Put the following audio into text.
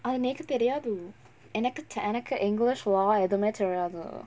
அது னேக்கு தெரியாது எனக்கு எனக்கு:athu nekku theriyaathu enakku enakku english வேற எதுமே தெரியாது:vera ethumae theriyaathu